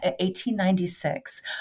1896